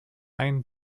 ein